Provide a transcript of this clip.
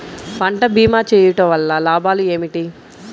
పంట భీమా చేయుటవల్ల లాభాలు ఏమిటి?